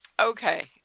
Okay